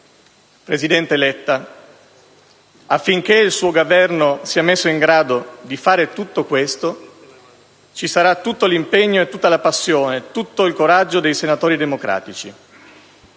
Presidente Letta, affinché il suo Governo sia messo in grado di fare tutto questo, ci sarà tutto l'impegno, tutta la passione e tutto il coraggio dei senatori democratici